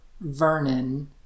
Vernon